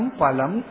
palam